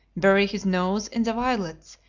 bury his nose in the violets,